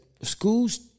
schools